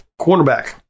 Cornerback